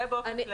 זה באופן כללי.